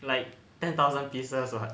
like ten thousand pieces